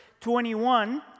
21